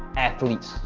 athletes,